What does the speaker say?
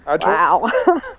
Wow